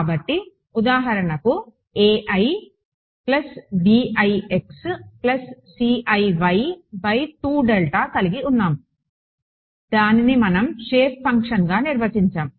కాబట్టి ఉదాహరణకు కలిగి ఉన్నాము దానిని మనం షేప్ ఫంక్షన్గా నిర్వచించాము